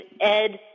Ed